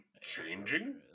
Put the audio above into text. changing